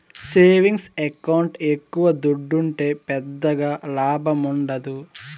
savings ఎకౌంట్ల ఎక్కవ దుడ్డుంటే పెద్దగా లాభముండదు